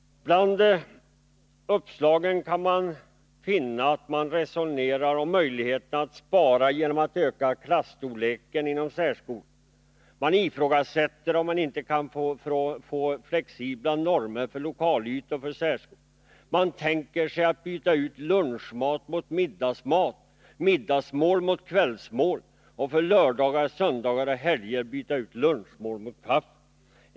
Bland uppslagen kan vi finna följande: Man resonerar om möjligheterna att spara genom att öka klasstorleken inom särskolan. Man ifrågasätter om det inte går att få flexibla normer för lokalytor för särskolor. Man tänker sig att byta ut lunchmat mot middagsmat samt middagsmål mot kvällsmål och att för lördagar, söndagar och helger byta ut lunchmålet mot kaffe.